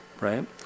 right